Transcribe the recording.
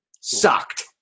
Sucked